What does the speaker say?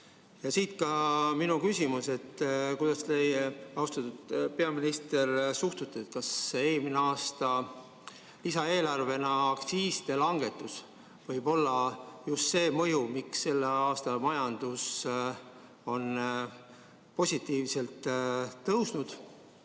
Siit ka minu küsimus: kuidas teie, austatud peaminister, suhtute, kas eelmise aasta lisaeelarvega aktsiiside langetusel võib olla just see mõju, miks selle aasta majandus on positiivselt tõusnud,